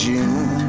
June